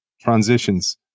transitions